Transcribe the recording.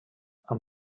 amb